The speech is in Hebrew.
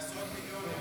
אני רוצה להגיד לבן